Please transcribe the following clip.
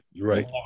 Right